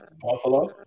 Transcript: Buffalo